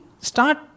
start